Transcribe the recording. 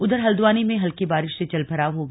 उधर हल्द्वानी में हल्की बारिश से जलभराव हो गया